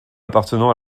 appartenant